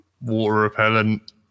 water-repellent